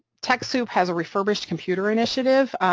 techsoup has a refurbished computer initiative,